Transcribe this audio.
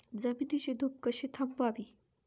जमिनीची धूप कशी थांबवावी?